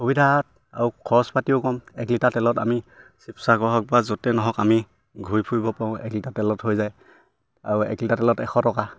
সুবিধা আৰু খৰচ পাতিও ক'ম এক লিটাৰ তেলত আমি চিবচাগৰৰ পৰা য'তে নহওক বা য'তে নহওক আমি ঘূৰি ফুৰিব পাৰোঁ এক লিটাৰ তেলত হৈ যায় আৰু এক লিটাৰ তেলত এশ টকা